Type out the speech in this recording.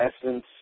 essence